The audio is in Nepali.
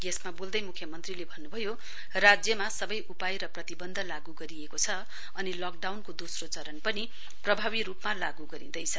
यसमा बोल्दै मुख्यमन्त्रीले भन्नभयो राज्यमा सबै उपाय र प्रतिबन्ध लागू गरिएको छ अनि लकडाउनको दोस्रो चरण पनि प्रभावी रूपमा लागू गरिँदैछ